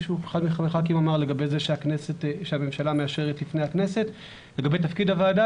אחד מהח"כים אמר לגבי זה שהממשלה מאשרת לפני הכנסת לגבי תפקיד הוועדה